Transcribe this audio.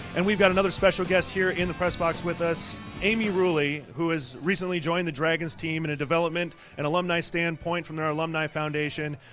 and we've got another special guest here in the press box with us amy ruley who has recently joined the dragons team in a development an alumni standpoint from their alumni foundation.